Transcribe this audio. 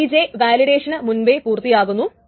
Tj വാലിഡേഷനു മുൻപേ പൂർത്തിയാകുന്നു